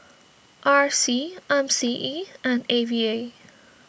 R C M C E and A V A